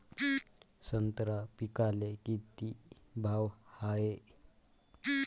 संत्रा पिकाले किती भाव हाये?